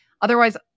Otherwise